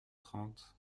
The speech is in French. trente